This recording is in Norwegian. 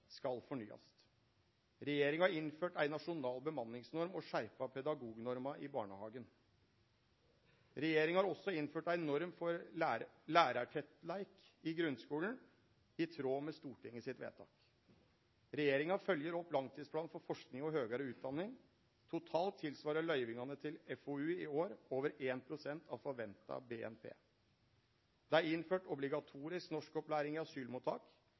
Regjeringa har også innført ei norm for lærartettleik i grunnskulen, i tråd med Stortinget sitt vedtak. Regjeringa følgjer opp langtidsplanen for forsking og høgare utdanning. Totalt svarar løyvingane til FoU i år til over 1 pst. av forventa BNP. Det er innført obligatorisk norskopplæring